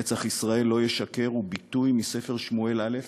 "נצח ישראל לא ישקר" הוא ביטוי מספר שמואל א'.